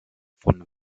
von